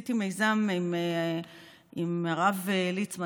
עשיתי בשנים האחרונות מיזם עם הרב ליצמן,